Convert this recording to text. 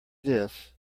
this